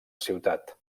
ciutat